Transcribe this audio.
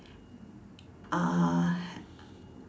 uh